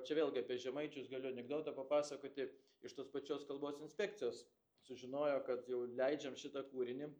čia vėlgi apie žemaičius galiu anekdotą papasakoti iš tos pačios kalbos inspekcijos sužinojo kad jau leidžiam šitą kūrinį